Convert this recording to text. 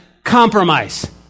compromise